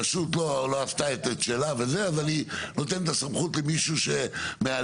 הרשות לא עשתה את שלה אז אני נותן את הסמכות למי שמעליה.